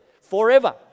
forever